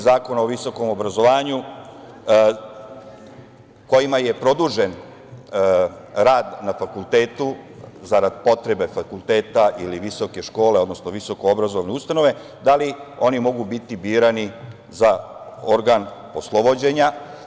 Zakona o visokom obrazovanju produžen rad na fakultetu zarad potrebe fakulteta ili visoke škole, odnosno visokoobrazovne ustanove, da li oni mogu biti birani za organ poslovođenja.